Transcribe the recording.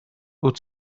wyt